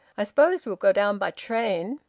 i suppose we'll go down by train.